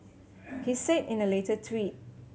he said in a later tweet